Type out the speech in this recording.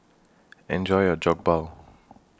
Enjoy your Jokbal